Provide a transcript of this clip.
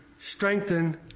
strengthen